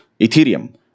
Ethereum